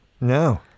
No